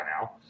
now